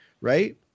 right